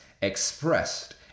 expressed